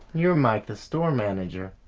you're mike the store manager.